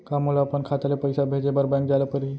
का मोला अपन खाता ले पइसा भेजे बर बैंक जाय ल परही?